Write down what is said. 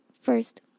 first